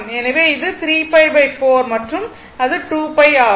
எனவே இது 3π 4 மற்றும் அது 2π ஆகும்